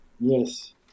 Yes